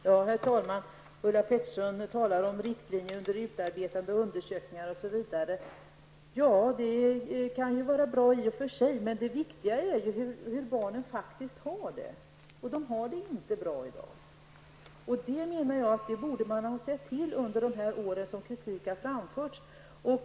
Herr talman! Ulla Pettersson talar om att riktlinjer är under utarbetande, undersökningar på gång osv. Ja, det kan i och för sig vara bra. Men det viktiga är hur barnen faktiskt har det, och de har det inte bra i dag. Jag menar att detta är något som regeringen borde ha sett till att ändra under de år som kritik har framförts.